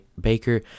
Baker